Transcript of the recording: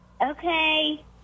Okay